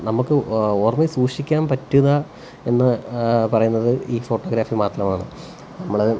നമുക്ക് ഓര്മ്മയില് സൂക്ഷിക്കാന് പറ്റുക എന്ന് പറയുന്നത് ഈ ഫോട്ടോഗ്രാഫി മാത്രമാണ് നമ്മള്